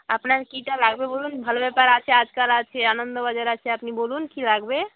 আপনার কী টা লাগবে বলুন ভালো পেপার আছে আজকাল আছে আনন্দবাজার আছে আপনি বলুন কী লাগবে